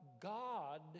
God